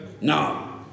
No